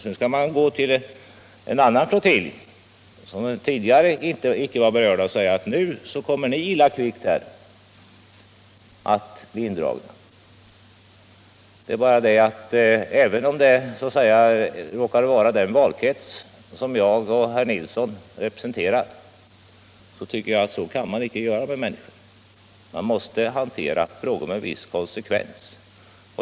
Sedan skulle man gå till en annan flottilj, som tidigare inte varit berörd, och säga: Nu kommer den här flottiljen illa kvickt att bli indragen. Men även om det nu råkar gälla den valkrets som jag och herr Nilsson i Kalmar representerar tycker jag inte att man kan göra på detta sätt med människor. Vi måste hantera frågorna med viss konsekvens.